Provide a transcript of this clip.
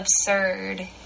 absurd